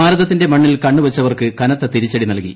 ഭാരതത്തിന്റെ മണ്ണിൽ കണ്ണ് വച്ചവർക്ക് കനത്ത തിരിച്ചടി നൽകി